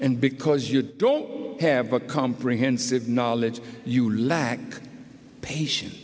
and because you don't have a comprehensive knowledge you lack patien